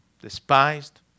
despised